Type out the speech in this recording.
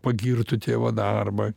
pagirtų tėvo darbą